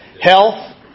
Health